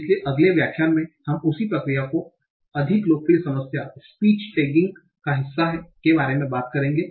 इसलिए अगले व्याख्यान में हम उसी प्रक्रिया जो कि अधिक लोकप्रिय समस्या स्पीच टेगिंग का हिस्सा हैं के बारे में बात करेंगे